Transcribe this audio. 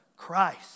Christ